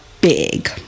big